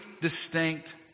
distinct